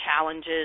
challenges